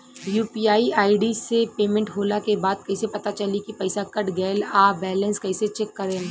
UPI ID से payment होला के बाद कइसे पता चली की पईसा कट गएल आ बैलेंस कइसे चेक करम?